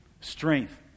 strength